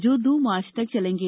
जो दो मार्च तक चलेंगे